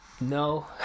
no